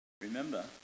remember